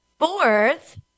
Fourth